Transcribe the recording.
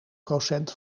procent